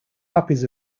puppies